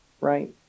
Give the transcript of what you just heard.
Right